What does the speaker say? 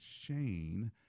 Shane